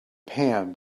pan